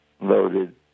loaded